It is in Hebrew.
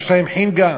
יש להם חנגה